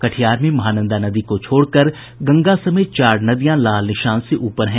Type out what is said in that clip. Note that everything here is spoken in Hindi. कटिहार में महानंदा नदी को छोड़कर गंगा समेत चार नदियां लाल निशान से ऊपर हैं